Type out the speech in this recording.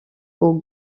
aux